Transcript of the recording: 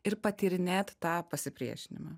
ir patyrinėt tą pasipriešinimą